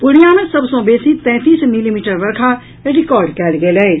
पूर्णिया मे सभ सॅ बेसी तैंतीस मिलीमीटर वर्षा रिकार्ड कयल गेल अछि